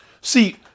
See